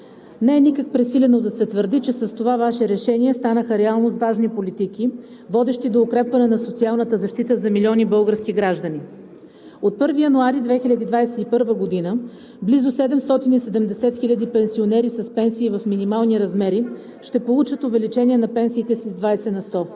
Не е никак пресилено да се твърди, че с това Ваше решение станаха реални важни политики, водещи до укрепване на социалната защита за милиони български граждани. От 1 януари 2021 г. близо 770 хиляди пенсионери с пенсии в минимални размери ще получат увеличение на пенсиите с 20 на сто.